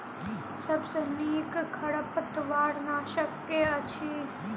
सबसँ नीक खरपतवार नाशक केँ अछि?